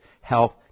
health